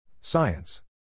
Science